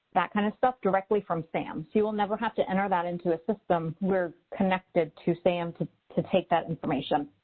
that kind of stuff directly from sam. so you will never have to enter that into a system we're connected to sam to to take that information.